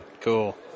Cool